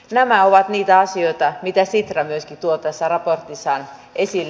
nämä ovat niitä asioita joita sitra myöskin tuo tässä raportissaan esille